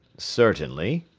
certainly,